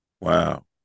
Wow